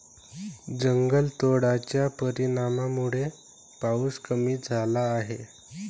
जंगलतोडाच्या परिणामामुळे पाऊस कमी झाला आहे